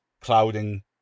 clouding